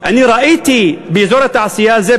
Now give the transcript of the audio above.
אני ראיתי באזור התעשייה הזה,